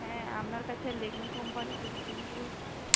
হ্যাঁ আপনার কাছে লেকমি কোম্পানির জিনিসগুলো পাওয়া যায়